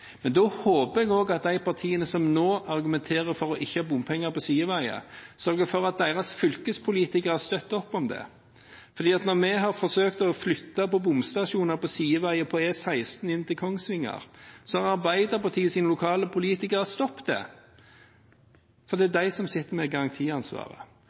Men da håper jeg også at de partiene som nå argumenterer for ikke å ha bompenger på sideveier, sørger for at deres fylkespolitikere støtter opp om det, for når vi har forsøkt å flytte på bomstasjoner på sideveier på E16 inn til Kongsvinger, har Arbeiderpartiets lokale politikere stoppet det, for det er